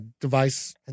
device